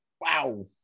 Wow